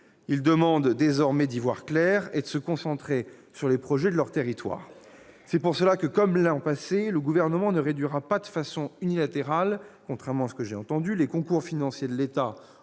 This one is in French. Ils demandent désormais d'y voir clair et de se concentrer sur les projets de leur territoire. C'est pourquoi, comme l'an passé, le Gouvernement ne réduira pas de façon unilatérale, contrairement à ce que j'ai entendu dire, les concours financiers de l'État